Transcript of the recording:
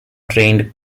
trained